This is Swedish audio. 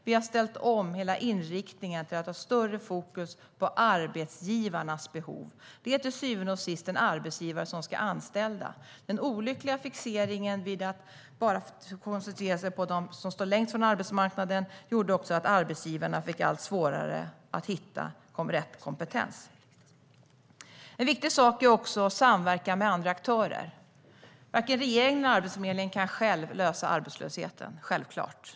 Vi har ställt om hela inriktningen till att ha större fokus på arbetsgivarnas behov. Det är till syvende och sist en arbetsgivare som ska anställa. Den olyckliga fixeringen vid att koncentrera sig enbart på dem som står längst från arbetsmarknaden gjorde också att arbetsgivarna fick allt svårare att hitta rätt kompetens. En annan viktig sak är samverkan med andra aktörer. Självklart kan varken regeringen eller Arbetsförmedlingen själv lösa arbetslösheten.